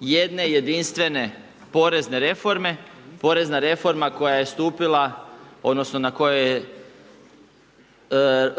jedne jedinstvene porezne reforme, porezna reforma koja je stupila, odnosno na kojoj je